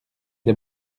des